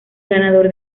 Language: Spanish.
ganador